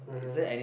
mhm